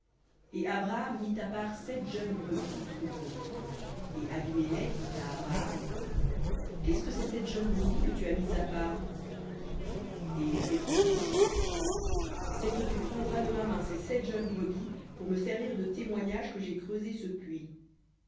et abraham mit à part sept jeunes brebis du troupeau et abimélec dit à abraham qu'est-ce que ces sept jeunes brebis que tu as mises à part et il répondit c'est que tu prendras de ma main ces sept jeunes brebis pour me servir de témoignage que j'ai creusé ce puits